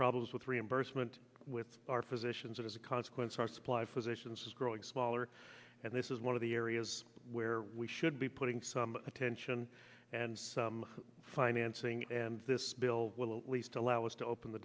problems with reimbursement with our physicians and as a consequence our supply physicians is growing smaller and this is one of the areas where we should be putting some attention and some financing and this bill will least allow us to open the